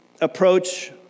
approach